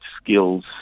skills